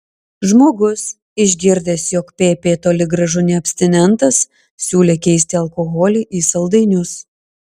žmogus išgirdęs jog pp toli gražu ne abstinentas siūlė keisti alkoholį į saldainius